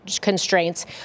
constraints